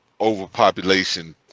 overpopulation